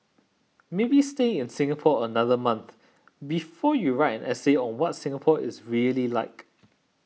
maybe stay in Singapore another month before you write an essay on what's Singapore is really like